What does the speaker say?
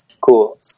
Cool